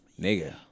Nigga